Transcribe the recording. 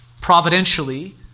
providentially